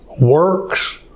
works